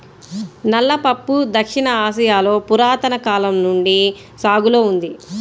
నల్ల పప్పు దక్షిణ ఆసియాలో పురాతన కాలం నుండి సాగులో ఉంది